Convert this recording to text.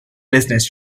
business